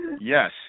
Yes